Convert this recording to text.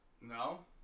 no